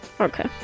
Okay